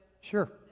sure